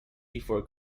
before